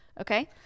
okay